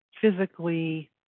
physically